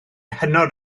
hynod